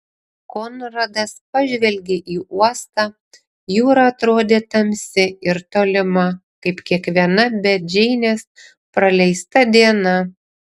konradas pažvelgė į uostą jūra atrodė tamsi ir tolima kaip kiekviena be džeinės praleista diena